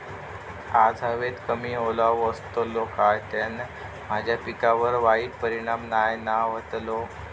आज हवेत कमी ओलावो असतलो काय त्याना माझ्या पिकावर वाईट परिणाम नाय ना व्हतलो?